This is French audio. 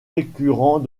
récurrent